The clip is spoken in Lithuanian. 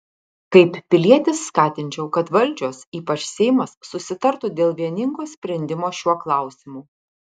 kaip pilietis skatinčiau kad valdžios ypač seimas susitartų dėl vieningo sprendimo šiuo klausimu